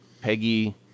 Peggy